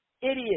Idiot